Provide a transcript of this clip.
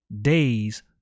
days